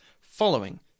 following